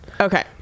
okay